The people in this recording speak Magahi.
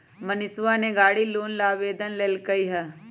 मनीषवा ने गाड़ी लोन ला आवेदन कई लय है